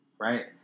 right